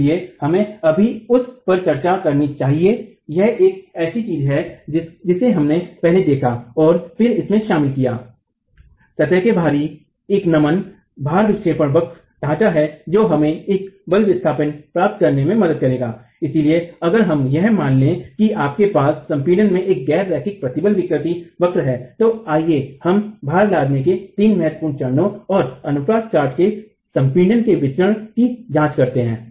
इसलिए हमें अभी उस पर चर्चा करनी चाहिए यह एक ऐसी चीज है जिसे हमने पहले देखा है और फिर इसमें शामिल किया है कि सतह के बाहरी एक नमन Out of plane bendingभार विक्षेपण वक्र ढांचा है जो हमें एक बल विस्थापन प्राप्त करने में मदद करेगा इसलिए अगर हम यह मान लें कि आपके पास संपीड़न में एक गैर रैखिक प्रतिबल विकृति वक्र है तो आइए हम भार लादने के तीन महत्वपूर्ण चरणों और अनुप्रथ काट में संपीड़न के वितरण की जांच करते हैं